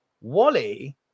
Wally